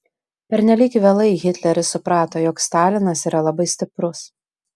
pernelyg vėlai hitleris suprato jog stalinas yra labai stiprus